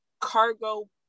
cargo